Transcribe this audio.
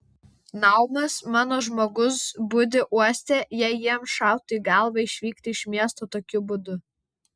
naumas mano žmogus budi uoste jei jiems šautų į galvą išvykti iš miesto tokiu būdu